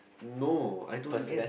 no I don't get